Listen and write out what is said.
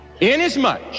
inasmuch